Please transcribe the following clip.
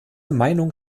meinung